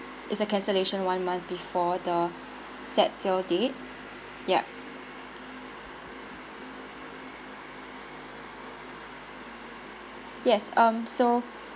it's a cancellation one month before the set sail date ya yes um so